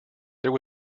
there